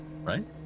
Right